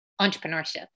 entrepreneurship